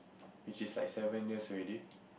which is like seven years already